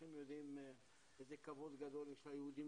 כולכם יודעים איזה כבוד גדול יש ליהודים